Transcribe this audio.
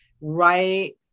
right